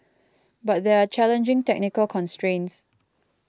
but there are challenging technical constrains